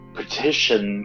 petition